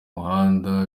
muhanda